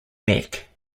neck